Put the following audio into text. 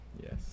Yes